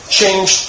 change